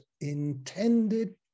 intended